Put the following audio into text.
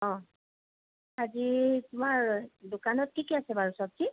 অঁ আজি তোমাৰ দোকানত কি কি আছে বাৰু চবজি